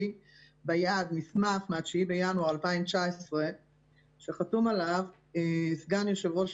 ביד מסמך מה-9 בינואר 2019 שחתום עליו סגן יושב ראש